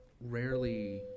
rarely